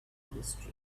monastery